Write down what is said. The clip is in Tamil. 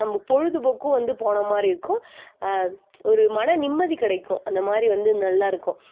நம்ப பொழுதுபோக்கும் வந்து போன மாதிரி இருக்கும் ஒரு மன நிம்மதி கிடைக்கும் அந்த மாதிரி வந்து நல்லாயிருக்கும்